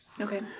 Okay